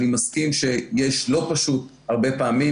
אני מסכים שלא פשוט הרבה פעמים,